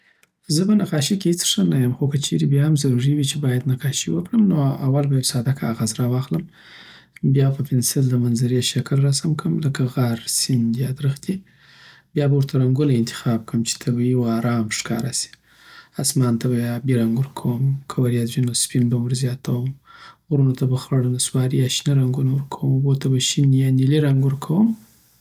زه په نقاشی کی هیڅ ښه نه یم خو کچیری بیاهم ضرور وی چی باید نقاشی وکړم نو اول به یو ساده کاغذ را واخلم. بیا به په پنسل د منظرې شکل رسم کم لکه غر، سیند، یا درختی. بیا به ورته رنګونه انتخاب کم چی طبیعي او ارام ښکاره سی. اسمان ته به آبي رنګ ورکوم، که وریځې وي نو سپین هم ورزیاتوم. غرونو ته به خړ، نسواري یا شنه رنګونه ورکوم. اوبوته به شین یا نیلي رنګ ورکوم.